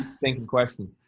think a question.